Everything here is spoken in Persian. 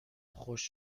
خشک